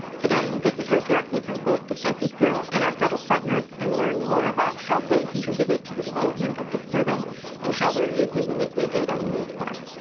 today you get to hear directly from both the census bureau and our federal partners and learn more about how they contributed to the development of this survey and how they're using the weekly data we report.